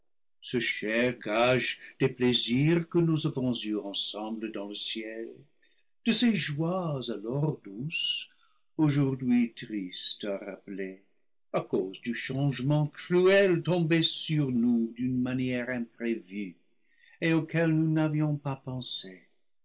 ce cher gage des plaisirs que nous avons eus ensemble dans le ciel de ces joies alors douces aujourd'hui tristes à rappeler à cause du changement cruel tombé sur nous d'une manière imprévue et auquel nous n'a vions pas pensé